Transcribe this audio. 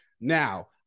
Now